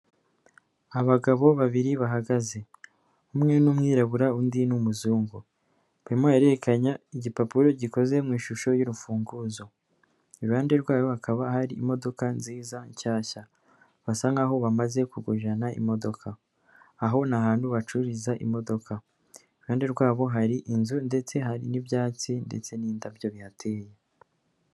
Abagabo babiri bahagaze umwe ni umwirabura undi ni umuzungu, barimo barahererekanya igipapuro gikoze mu ishusho y'urufunguzo, iruhande rwayo hakaba hari imodoka nziza nshyashya basa nkaho bamaze kugurirana imodoka, aho ni ahantu bacururiza imodoka iruhande rwabo hari inzu ndetse hari n'ibyatsi ndetse n'indabyo bihateye.